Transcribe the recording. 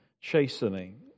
chastening